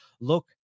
Look